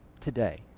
today